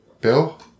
Bill